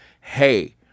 hey